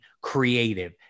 creative